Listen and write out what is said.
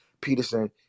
Peterson